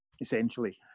essentially